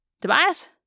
Tobias